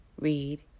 read